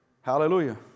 Hallelujah